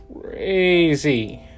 crazy